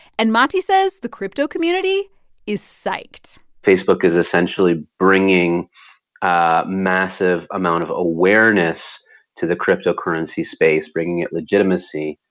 and mati says the crypto community is psyched facebook is essentially bringing a massive amount of awareness to the cryptocurrency space, bringing it legitimacy.